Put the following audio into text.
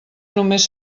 només